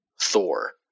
Thor